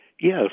Yes